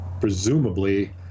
presumably